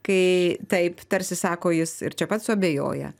kai taip tarsi sako jis ir čia pat suabejoja